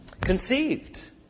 conceived